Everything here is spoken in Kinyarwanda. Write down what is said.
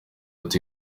ati